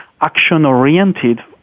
action-oriented